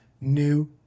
new